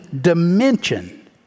dimension